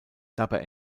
dabei